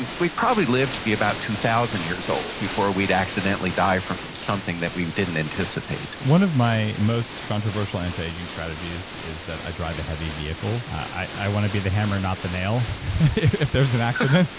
and we'd probably live to be about two thousand years old before we'd accidentally die of something that we didn't anticipate one of my most controversial anti-aging strategies is that i drive a heavy vehicle i want to be the hammer, not the nail if there's an accident.